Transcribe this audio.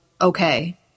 okay